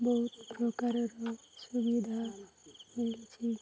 ବହୁତ ପ୍ରକାରର ସୁବିଧା ମିଳିୁଛି